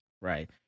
Right